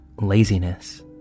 laziness